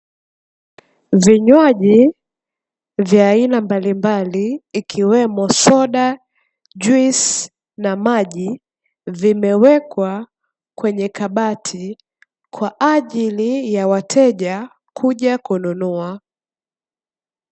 Vinywaji vya aina mbalimbali ikiwemo soda, juisi na maji vimewekwa kwenye kabati tayari kwa ajili ya wateja kuja kununua.